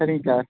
சரிங்க சார்